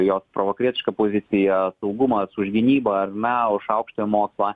jos provakarietiška pozicija saugumas už gynybą ar ne už aukštąjį mokslą